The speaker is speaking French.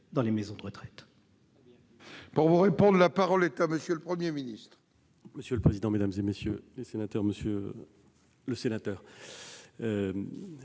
dans les maisons de retraite.